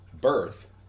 birth